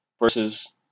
Versus